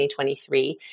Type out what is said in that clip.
2023